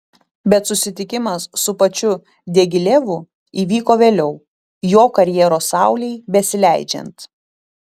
bet susitikimas su pačiu diagilevu įvyko vėliau jo karjeros saulei besileidžiant